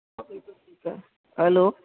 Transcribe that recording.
hello